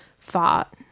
thought